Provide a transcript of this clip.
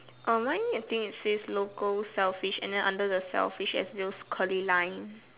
err mine I think it says local shellfish and then under the shellfish there's those curly line